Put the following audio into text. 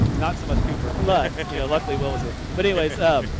not so much cooper. but luckily what was it. but anyways,